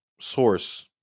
source